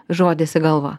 žodis į galvą